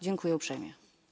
Dziękuję uprzejmie.